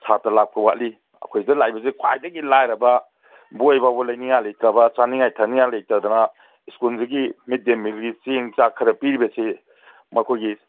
ꯁꯥꯠꯇ꯭ꯔ ꯂꯥꯛꯄ ꯋꯥꯠꯂꯤ ꯑꯩꯈꯣꯏꯗ ꯂꯥꯛꯏꯕꯁꯦ ꯈ꯭ꯋꯥꯏꯗꯒꯤ ꯂꯥꯏꯔꯕ ꯕꯣꯏꯐꯥꯎꯕ ꯂꯩꯅꯤꯡꯉꯥꯏ ꯂꯩꯇ꯭ꯔꯕ ꯆꯥꯅꯤꯡꯉꯥꯏ ꯊꯛꯅꯤꯡꯉꯥꯏ ꯂꯩꯇꯗꯅ ꯁ꯭ꯀꯨꯜꯁꯤꯒꯤ ꯃꯤꯠ ꯗꯦ ꯃꯤꯜꯒꯤ ꯆꯦꯡ ꯆꯥꯛ ꯈꯔ ꯄꯤꯔꯤꯕꯁꯤ ꯃꯈꯣꯏꯒꯤ